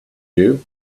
you